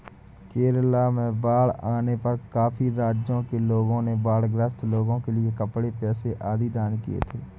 केरला में बाढ़ आने पर काफी राज्यों के लोगों ने बाढ़ ग्रस्त लोगों के लिए कपड़े, पैसे आदि दान किए थे